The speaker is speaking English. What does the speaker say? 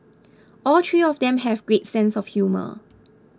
all three of them have great sense of humour